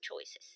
choices